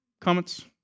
comments